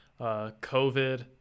covid